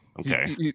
okay